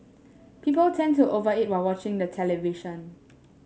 people tend to over eat while watching the television